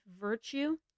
virtue